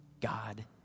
God